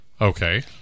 Okay